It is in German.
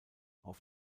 auf